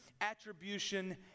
Attribution